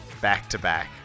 back-to-back